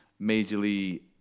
majorly